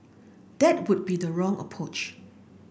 that would be the wrong approach